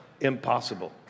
impossible